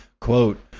Quote